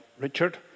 Richard